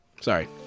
Sorry